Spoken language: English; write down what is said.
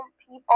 people